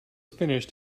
finished